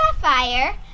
sapphire